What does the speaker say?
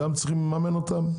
גם צריכים לממן אותם?